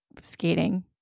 Skating